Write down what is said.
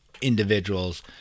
individuals